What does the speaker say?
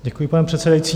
Děkuji, pane předsedající.